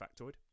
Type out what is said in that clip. factoid